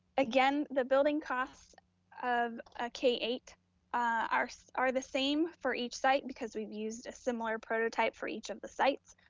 again, the building costs of a k eight are so are the same for each site because we've used a similar prototype for each of the sites.